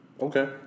Okay